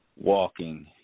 walking